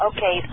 Okay